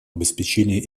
обеспечение